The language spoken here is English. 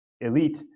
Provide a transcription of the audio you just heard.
elite